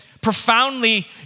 profoundly